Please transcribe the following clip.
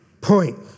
Point